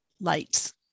lights